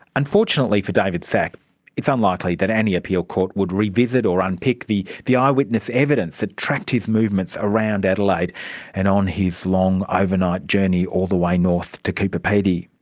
unfortunately for david szach it's unlikely that any appeal court would revisit or unpick the the eyewitness evidence that tracked his movements around adelaide and on his long overnight journey all the way north to cooper peddy.